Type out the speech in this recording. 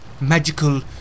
Magical